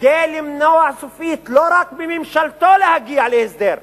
כדי למנוע סופית, לא רק מממשלתו, להגיע להסדר,